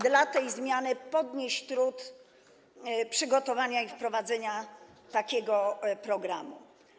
Dla tej zmiany warto było ponieść trud przygotowania i wprowadzenia takiego programu.